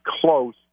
close